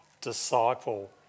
disciple